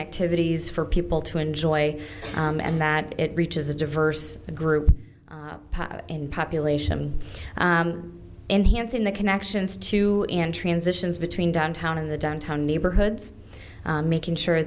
activities for people to enjoy and that it reaches a diverse group in population enhancing the connections to transitions between downtown in the downtown neighborhoods making sure